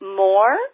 more